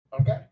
Okay